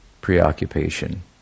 preoccupation